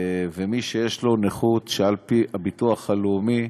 ומי שיש לו נכות שעל פי ביטוח לאומי,